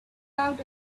out